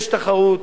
יש תחרות,